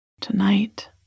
Tonight